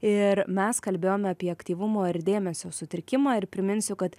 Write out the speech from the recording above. ir mes kalbėjome apie aktyvumo ir dėmesio sutrikimą ir priminsiu kad